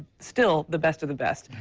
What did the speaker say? still the best of the best.